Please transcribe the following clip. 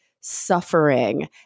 suffering